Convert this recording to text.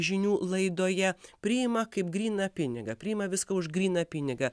žinių laidoje priima kaip gryną pinigą priima viską už gryną pinigą